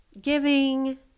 Giving